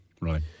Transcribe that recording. Right